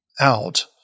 out